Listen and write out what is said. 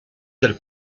del